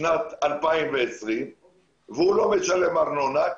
שנת 2020 והוא לא משלם ארנונה.